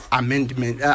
amendment